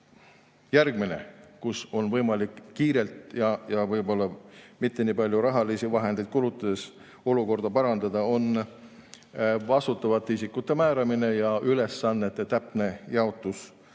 [koht], kus on võimalik kiirelt ja võib-olla mitte nii palju rahalisi vahendeid kulutades olukorda parandada, on vastutavate isikute määramine ja ülesannete täpne jaotus